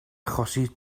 achosi